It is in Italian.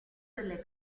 delle